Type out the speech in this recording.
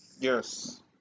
Yes